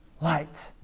light